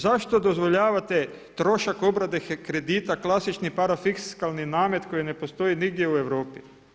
Zašto dozvoljavate trošak obrade kredita, klasični parafiskalni namet koji ne postoji nigdje u Europi?